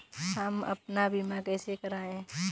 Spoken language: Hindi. हम अपना बीमा कैसे कराए?